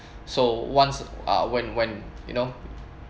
so once uh when when you know